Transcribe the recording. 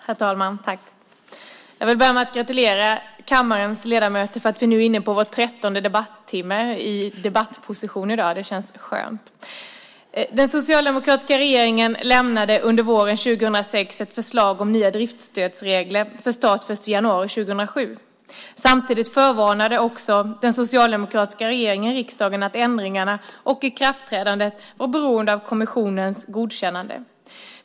Herr talman! Jag vill börja med att gratulera kammarens ledamöter. Vi är nu inne på vår 13:e debattimme i dag. Det känns skönt. Den socialdemokratiska regeringen lämnade under våren 2006 ett förslag om nya driftsstödsregler för start den 1 januari 2007. Samtidigt förvarnade också den socialdemokratiska regeringen riksdagen om att ändringarna och ikraftträdandet var beroende av kommissionens godkännande.